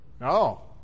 No